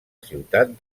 ciutat